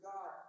God